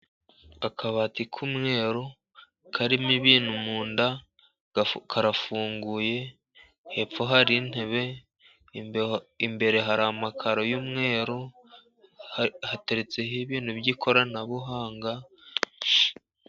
Akabati k'umweru karimo ibintu mu nda. Karafunguye, hepfo hari intebe, imbere hari amakaro y'umweru. Hateretseho ibintu by'ikoranabuhanga.